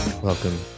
Welcome